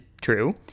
true